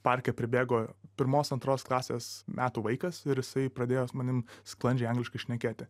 parke pribėgo pirmos antros klasės metų vaikas ir jisai pradėjo manim sklandžiai angliškai šnekėti